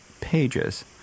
pages